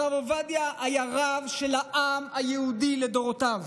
הרב עובדיה היה רב של העם היהודי לדורותיו.